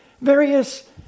various